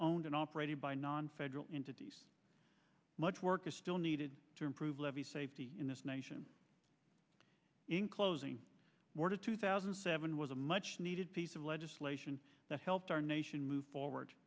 owned and operated by non federal into d c much work is still needed to improve levee safety in this nation in closing more two thousand and seven was a much needed piece of legislation that helped our nation move forward